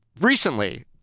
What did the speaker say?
recently